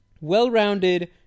Well-rounded